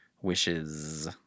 wishes